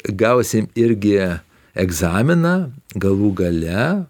gausim irgi egzaminą galų gale